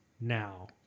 now